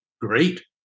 Great